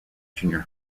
junior